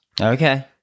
Okay